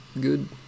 good